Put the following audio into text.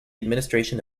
administration